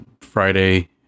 Friday